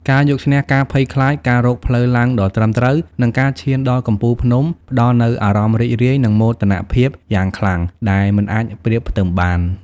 ការយកឈ្នះការភ័យខ្លាច ការរកផ្លូវឡើងដ៏ត្រឹមត្រូវ និងការឈានដល់កំពូលភ្នំផ្ដល់នូវអារម្មណ៍រីករាយ និងមោទនភាពយ៉ាងខ្លាំងដែលមិនអាចប្រៀបផ្ទឹមបាន។